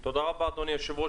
תודה, אדוני היושב-ראש.